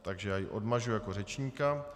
Takže ji odmažu jako řečníka.